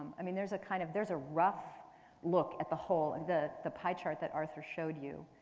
i mean, there's a kind of there's a rough look at the whole and the the pie chart that arthur showed you,